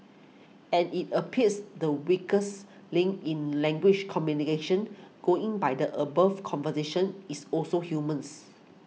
and it appears the weakest link in language communication going by the above conversation is also humans